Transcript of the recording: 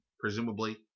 presumably